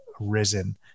risen